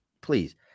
please